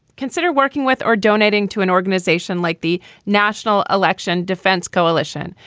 consider working with or donating to an organization like the national election defense coalition,